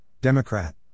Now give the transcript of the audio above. Democrat